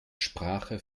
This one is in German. sprache